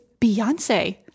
Beyonce